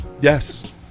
Yes